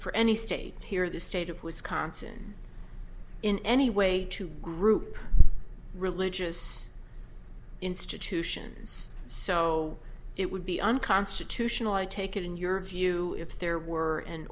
for any state here the state of wisconsin in any way to group religious institutions so it would be unconstitutional i take it in your view if there were an